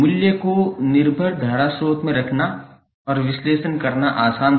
मूल्य को निर्भर धारा स्रोत में रखना और विश्लेषण करना आसान था